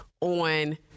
on